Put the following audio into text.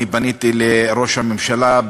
פניתי לראש הממשלה,